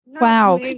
Wow